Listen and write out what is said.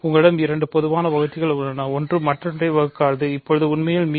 உங்களிடம் இரண்டு பொதுவான வகுத்திகள் உள்ளன ஒன்று மற்றொன்றைப் வகுக்காது இப்போது உண்மையில் மி